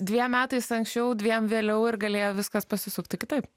dviem metais anksčiau dviem vėliau ir galėjo viskas pasisukti kitaip